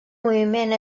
moviment